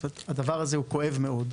הדבר הזה הוא כואב מאוד.